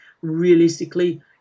realistically